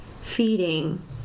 feeding